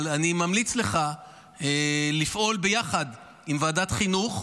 אבל אני ממליץ לך לפעול ביחד עם ועדת חינוך,